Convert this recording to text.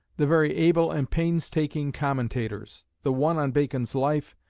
the very able and painstaking commentators, the one on bacon's life,